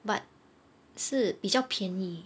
but 是比较便宜